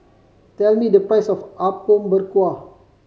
tell me the price of Apom Berkuah